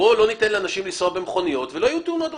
אפשר גם לא לתת לאנשים לנסוע במכוניות ואז לא יהיו תאונות דרכים.